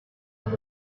and